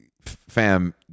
fam